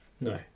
No